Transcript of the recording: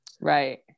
right